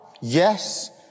yes